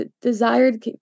desired